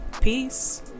peace